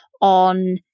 on